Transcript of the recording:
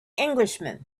englishman